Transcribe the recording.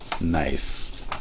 Nice